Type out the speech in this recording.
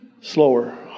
slower